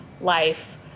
life